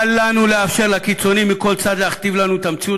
אל לנו לאפשר לקיצונים מכל צד להכתיב לנו את המציאות